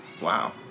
Wow